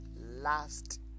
last